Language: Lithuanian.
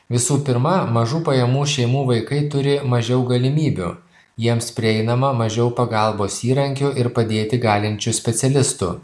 visų pirma mažų pajamų šeimų vaikai turi mažiau galimybių jiems prieinama mažiau pagalbos įrankių ir padėti galinčių specialistų